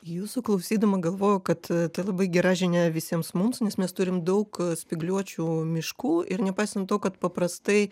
jūsų klausydama galvojau kad tai labai gera žinia visiems mums nes mes turim daug spygliuočių miškų ir nepaisant to kad paprastai